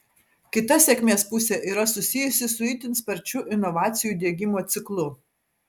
kita sėkmės pusė yra susijusi su itin sparčiu inovacijų diegimo ciklu